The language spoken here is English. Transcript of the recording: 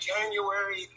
January